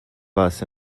bus